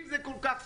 אם זה כל כך סודי,